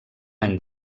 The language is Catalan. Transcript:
any